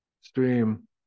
stream